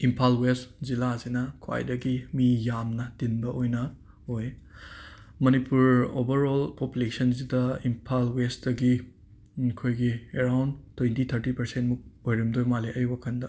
Imphal West ꯖꯤꯂꯥꯁꯤꯅ ꯈ꯭ꯋꯥꯏꯗꯒꯤ ꯃꯤ ꯌꯥꯝꯅ ꯇꯤꯟꯕ ꯑꯣꯏꯅ ꯑꯣꯏ ꯃꯅꯤꯄꯨꯔ ꯑꯣꯕꯔꯑꯣꯜ ꯄꯣꯄꯨꯂꯦꯁꯟꯁꯤꯗ ꯏꯝꯐꯥꯜ ꯋꯦꯁꯇꯒꯤ ꯑꯩꯈꯣꯏꯒꯤ ꯑꯦꯔꯥꯎꯟ ꯇꯣꯏꯟꯇꯤ ꯊꯥꯔꯇꯤ ꯄꯔꯁꯦꯟꯃꯨꯛ ꯑꯣꯏꯔꯝꯗꯣꯏ ꯃꯥꯜꯂꯦ ꯑꯩ ꯋꯥꯈꯟꯗ